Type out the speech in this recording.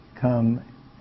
come